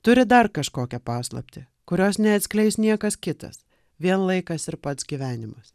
turi dar kažkokią paslaptį kurios neatskleis niekas kitas vien laikas ir pats gyvenimas